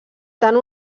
tant